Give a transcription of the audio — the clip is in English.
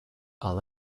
are